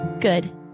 Good